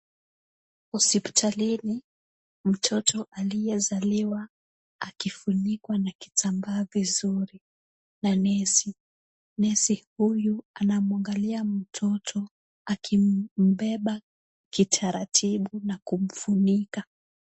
Hospitalini, mtoto aliyezaliwa akifunikwa na kitambaa vizuri na nesi, nesi huyu anamwangalia mtoto akimbeba kitaratibu na kumfunika.